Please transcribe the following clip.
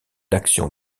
d’action